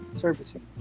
Servicing